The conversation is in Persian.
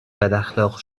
بداخلاق